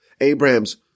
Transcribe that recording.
Abraham's